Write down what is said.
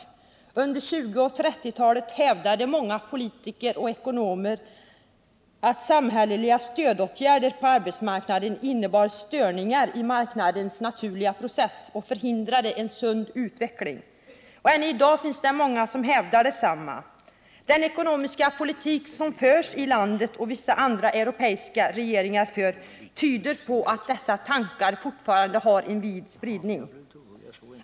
Under 1920 och 1930-talen hävdade många politiker och ekonomer att samhälleliga stödåtgärder på arbetsmarknaden innebar störningar i marknadens naturliga process och förhindrade en sund utveckling. Ännu i dag finns det många som hävdar detsamma. Den ekonomiska politik som förs inom landet och som vissa andra europeiska regeringar för tyder på att dessa tankar fortfarande har stor spridning.